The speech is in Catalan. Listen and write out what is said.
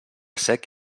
sec